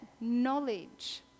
knowledge